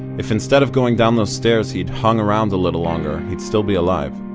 if instead of going down those stairs he'd hung around a little longer, he'd still be alive.